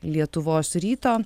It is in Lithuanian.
lietuvos ryto